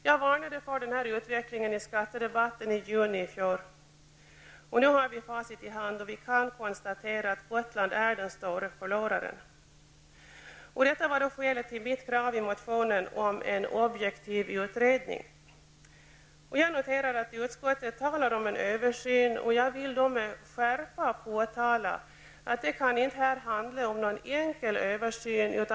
Jag varnade för den här utvecklingen i skattedebatten i juni förra året -- nu har vi facit i hand och kan konstatera att Gotland är den stora förloraren. Detta var skälet till mitt krav i motionen om en objektiv utredning. Jag noterar att utskottet talar om en översyn, och jag vill med skärpa påtala att det inte kan handla om någon enkel översyn.